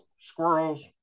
squirrels